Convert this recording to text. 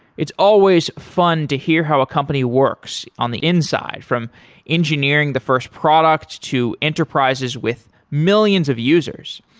it's always fun to hear how a company works on the inside from engineering the first products to enterprises with millions of users.